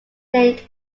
linked